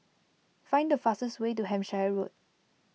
find the fastest way to Hampshire Road